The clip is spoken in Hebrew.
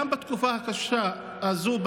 גם בתקופה הקשה הזו,